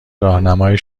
راهنمای